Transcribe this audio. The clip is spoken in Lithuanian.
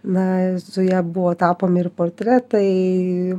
na su ja buvo tapomi ir portretai